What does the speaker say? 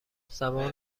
زبان